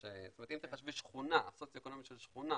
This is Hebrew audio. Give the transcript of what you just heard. זאת אומרת אם תחשבי סוציואקונומי של שכונה